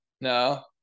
No